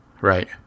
right